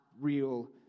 real